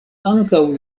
ankaŭ